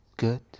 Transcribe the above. good